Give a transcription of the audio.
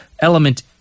element